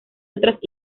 otras